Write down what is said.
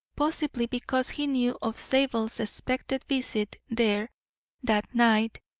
possibly because he knew of zabel's expected visit there that night,